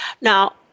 Now